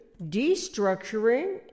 Destructuring